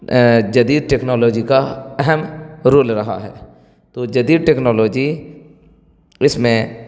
جدید ٹیکنالوجی کا اہم رول رہا ہے تو جدید ٹیکنالوجی اس میں